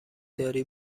داری